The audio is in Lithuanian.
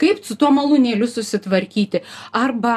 kaip su tuo malūnėliu susitvarkyti arba